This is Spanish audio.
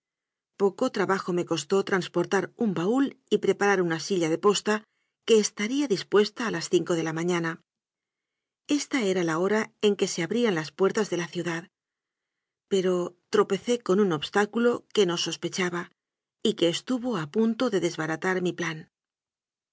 poco trabajo me costó transportar un baúl y preparar una silla de posta que estaría dispuesta a las cinco de la mañana esta era la hora en que se abrían las puertas de la ciudad pero tropezó con un obstáculo que no sos pechaba y que estuvo a punto de desbaratar mi plan